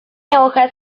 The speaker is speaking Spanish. hojas